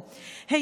/ צועד מאחור,